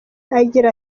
agira